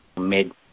mid